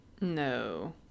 No